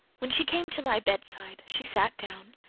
when she came to my bedside, she sat down,